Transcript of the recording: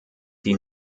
die